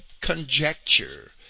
conjecture